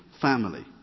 family